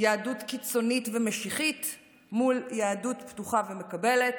יהדות קיצונית ומשיחית מול יהדות פתוחה ומקבלת.